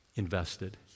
invested